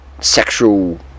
sexual